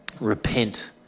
Repent